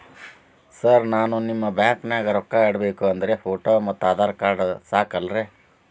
Sir ನಾನು ನಿಮ್ಮ ಬ್ಯಾಂಕನಾಗ ರೊಕ್ಕ ಇಡಬೇಕು ಅಂದ್ರೇ ಫೋಟೋ ಮತ್ತು ಆಧಾರ್ ಕಾರ್ಡ್ ಸಾಕ ಅಲ್ಲರೇ?